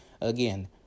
again